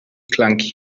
clunky